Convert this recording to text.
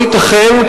לא ייתכן,